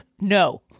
no